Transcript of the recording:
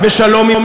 אבל לא בשבילנו.